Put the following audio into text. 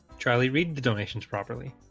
charlie read the donations properly